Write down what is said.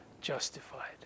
justified